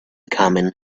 common